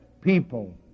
people